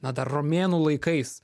na dar romėnų laikais